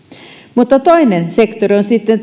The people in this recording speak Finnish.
mutta toinen sektori on sitten